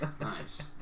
Nice